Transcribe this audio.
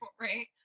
right